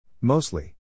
Mostly